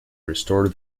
restore